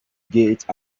gate